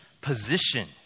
position